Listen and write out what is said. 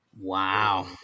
wow